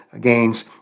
gains